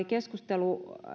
keskustelu